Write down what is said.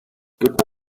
good